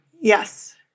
Yes